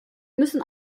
müssen